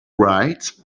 right